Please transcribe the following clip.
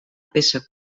peça